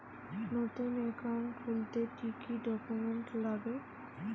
নতুন একাউন্ট খুলতে কি কি ডকুমেন্ট লাগে?